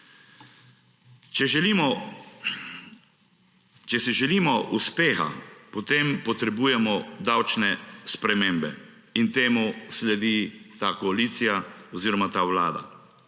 si želimo uspeha, potem potrebujemo davčne spremembe in temu sledi ta koalicija oziroma ta vlada.